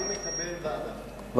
אני מציע ועדה.